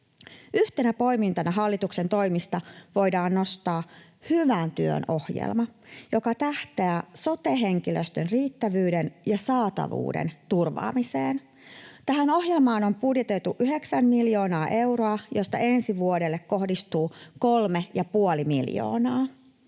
Yhtenä poimintana hallituksen toimista voidaan nostaa hyvän työn ohjelma, joka tähtää sote-henkilöstön riittävyyden ja saatavuuden turvaamiseen. Ohjelmaan on budjetoitu yhdeksän miljoonaa euroa, joista ensi vuodelle kohdistuu kolme ja